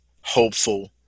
hopeful